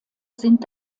sind